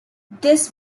this